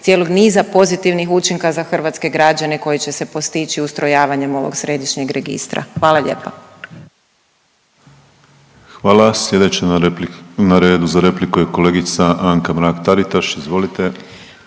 cijelog niza pozitivnih učinka za hrvatske građane koji će se postići ustrojavanjem ovog središnje registra. Hvala lijepo. **Penava, Ivan (DP)** Hvala. Slijedeća na redu za repliku je kolegica Anka Mrak Taritaš. Izvolite.